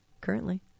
currently